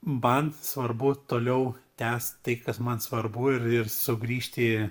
man svarbu toliau tęst tai kas man svarbu ir ir sugrįžt į